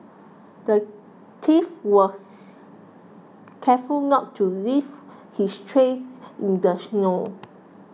the thief was careful to not leave his tracks in the snow